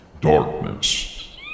darkness